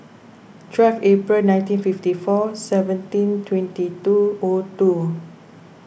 twelve April nineteen fifty four seventeen twenty two O two